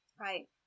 Right